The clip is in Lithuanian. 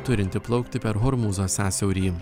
turintį plaukti per hormūzo sąsiaurį